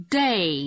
day